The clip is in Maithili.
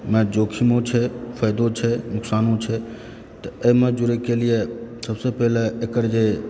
मे जोखिमो छै फायदो छै नुकसानो छै तऽ एहिमे जुड़ैके लिए सबसँ पहिले एकर जे